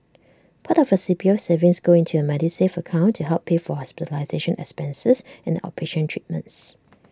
part of your C P U savings go into your Medisave account to help pay for hospitalization expenses and outpatient treatments